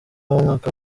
w’umwaka